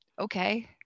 Okay